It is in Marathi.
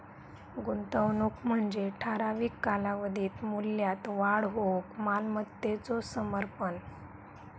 गुंतवणूक म्हणजे ठराविक कालावधीत मूल्यात वाढ होऊक मालमत्तेचो समर्पण